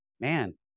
man